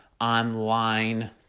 online